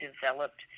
developed